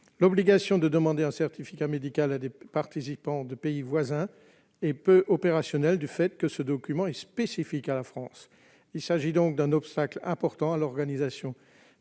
L'obligation de demander un certificat médical à des participants de pays voisins est peu opérationnelle dans la mesure où ce document est spécifique à la France. Il s'agit donc d'un obstacle important à l'organisation